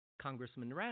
Congressman